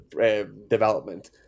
development